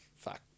Fuck